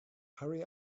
hurry